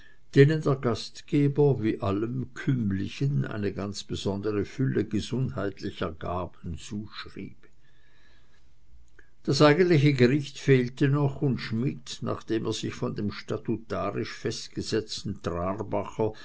der gastgeber wie allem kümmlichen eine ganz besondere fülle gesundheitlicher gaben zuschrieb das eigentliche gericht fehlte noch und schmidt nachdem er sich von dem statutarisch festgesetzten